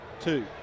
two